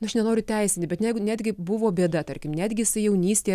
nu aš nenoriu teisint bet negu netgi buvo bėda tarkim netgi jisai jaunystėje